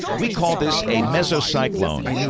we call this a mesocyclone.